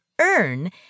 earn